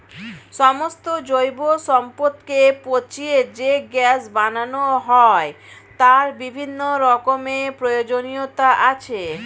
সমস্ত জৈব সম্পদকে পচিয়ে যে গ্যাস বানানো হয় তার বিভিন্ন রকমের প্রয়োজনীয়তা আছে